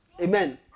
Amen